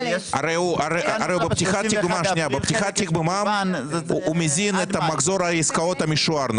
הרי בפתיחת תיק במע"מ הוא מזין את מחזור העסקאות המשוער,